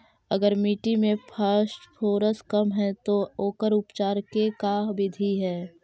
अगर मट्टी में फास्फोरस कम है त ओकर उपचार के का बिधि है?